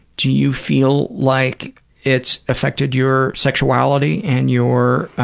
do you feel like it's affected your sexuality and your